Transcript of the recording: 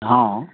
हँ